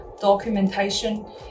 documentation